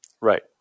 Right